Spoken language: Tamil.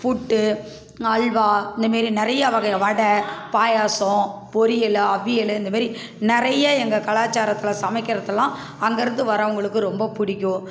புட்டு அல்வா இந்தமாரி நிறையா வகை வடை பாயாசம் பொரியல் அவியல் இந்தமாரி நிறைய எங்கள் கலாச்சாரத்தில் சமைக்கிறதெலாம் அங்கேருந்து வர்றவங்களுக்கு ரொம்ப பிடிக்கும்